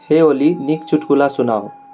हे ओली नीक चुटकुला सुनाउ